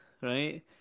right